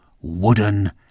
wooden